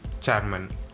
Chairman